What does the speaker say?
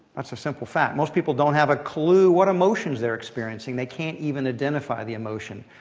that's the simple fact. most people don't have a clue what emotions they're experiencing. they can't even identify the emotion,